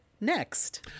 Next